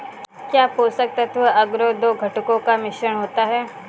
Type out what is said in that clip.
क्या पोषक तत्व अगरो दो घटकों का मिश्रण होता है?